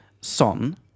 son